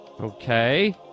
Okay